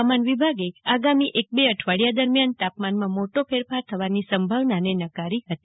હવામાન વિભાગે આગામી એક બે દિવસ દરમિયાન તાપમાનમાં મોટો ફેરફાર થવાની સંભાવનાને નકારી હતી